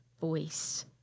voice